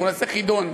אנחנו נעשה חידון,